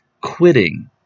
quitting